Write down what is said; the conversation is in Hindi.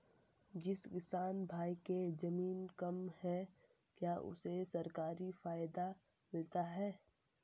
जिस किसान भाई के ज़मीन कम है क्या उसे सरकारी फायदा मिलता है?